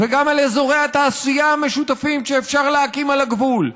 גם על אזורי התעשייה המשותפים שאפשר להקים על הגבול,